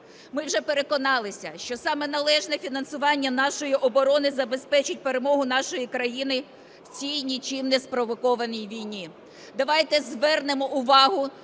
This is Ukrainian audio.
Ми вже переконалися, що саме належне фінансування нашої оборони забезпечить перемогу нашої країни в цій нічим неспровокованій війні.